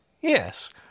yes